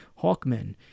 Hawkmen